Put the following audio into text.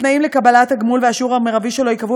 התנאים לקבלת הגמול והשיעור המרבי שלו ייקבעו